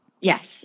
Yes